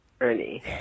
Ernie